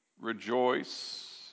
rejoice